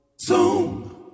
Zoom